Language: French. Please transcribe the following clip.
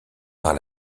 par